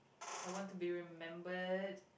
I want to be remembered